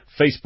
Facebook